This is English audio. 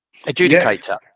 adjudicator